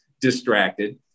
distracted